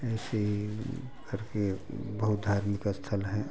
ऐसे ही करके बहुत धार्मिक स्थल हैं